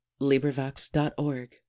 LibriVox.org